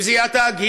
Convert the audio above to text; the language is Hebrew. אם זה יהיה התאגיד,